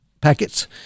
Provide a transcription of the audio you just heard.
packets